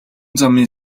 замын